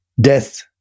death